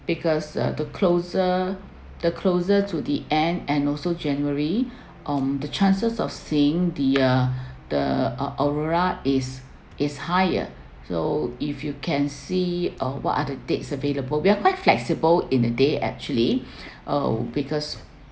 because uh the closer the closer to the end and also january um the chances of seeing the ah the aurora is is higher so if you can see uh what are the dates available we're quite flexible in the date actually uh because